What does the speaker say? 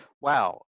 wow